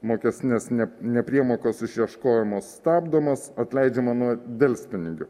mokestinės nepriemokos išieškojimo stabdomas atleidžiama nuo delspinigių